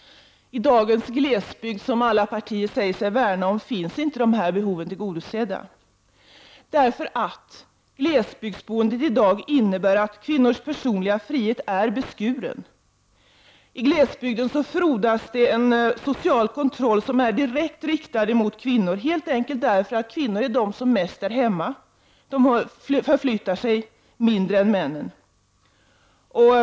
I dagens glesbygd, som alla partier säger sig värna om, finns inte dessa behov tillgodosedda. Glesbygdsboende i dag innebär att kvinnors personliga frihet är beskuren. I glesbygden frodas en social kontroll som är direkt riktad mot kvinnor, helt enkelt därför att kvinnor är de som mest är hemma. De förflyttar sig mindre än männen.